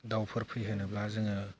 दावफोर फैहोनोब्ला जोङो